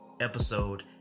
episode